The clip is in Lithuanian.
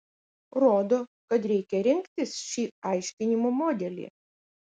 rodo kad reikia rinktis šį aiškinimo modelį